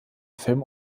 film